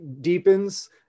deepens